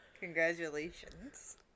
Congratulations